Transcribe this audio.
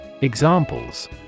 Examples